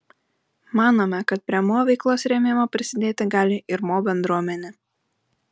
manome kad prie mo veiklos rėmimo prisidėti gali ir mo bendruomenė